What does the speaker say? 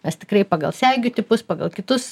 nes tikrai pagal segių tipus pagal kitus